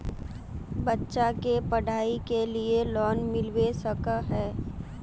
बच्चा के पढाई के लिए लोन मिलबे सके है?